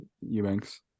Eubanks